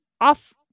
off